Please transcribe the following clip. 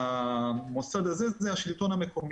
והמוסד הזה זה השלטון מקומי.